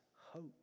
hope